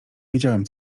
wiedziałem